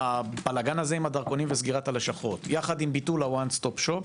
הבלגאן הזה עם הדרכונים וסגירת הלשכות יחד עם ביטול הוואן סטופ שופ